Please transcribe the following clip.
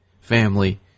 family